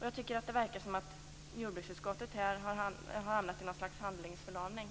Jag tycker att det verkar som om jordbruksutskottet i detta fall har blivit handlingsförlamat.